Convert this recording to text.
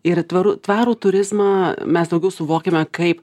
ir tvaru tvarų turizmą mes daugiau suvokiame kaip